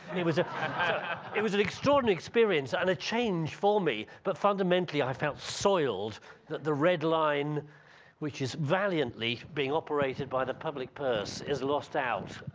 and it was ah it was an extraordinary experience and it changed for me but fundamentally i felt soiled that the red line which is valiantly being operated by the public purse is lost out.